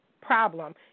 problem